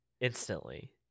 instantly